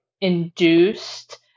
induced